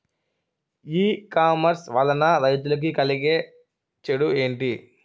ఈ కామర్స్ వలన రైతులకి కలిగే చెడు ఎంటి?